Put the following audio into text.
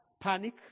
panic